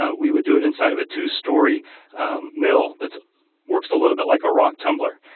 ah we would do it inside of a two-story mill that works a little bit like a rock tumbler.